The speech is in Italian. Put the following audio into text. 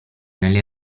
nelle